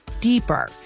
deeper